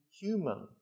human